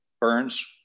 burns